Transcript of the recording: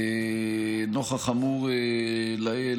נוכח האמור לעיל,